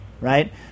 right